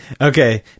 Okay